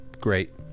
Great